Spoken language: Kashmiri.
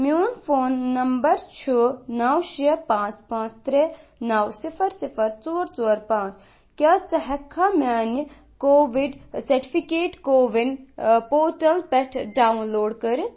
میون فون نَمبَر چھُ نَو شےٚ پانٛژھ پانٛژھ ترٛےٚ نَو صِفَر صِفَر ژور ژور پانٛژھ کیٚاہ ژٕ ہیٚکھا میانہِ کووِڈ سرٹیفکیٹ کووِن پورٹَل پٮ۪ٹھ ڈاؤن لوڈ کٔرِتھ